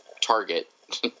target